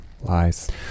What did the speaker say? Lies